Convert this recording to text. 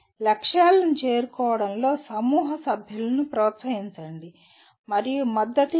లక్ష్యాలను చేరుకోవడంలో సమూహ సభ్యులను ప్రోత్సహించండి మరియు మద్దతు ఇవ్వండి